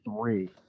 three